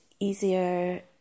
Easier